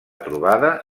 trobada